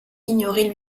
ignorer